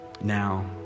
now